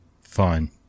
Fine